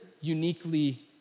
uniquely